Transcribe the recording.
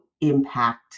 impact